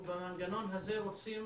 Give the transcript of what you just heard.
במנגנון הזה אנחנו רוצים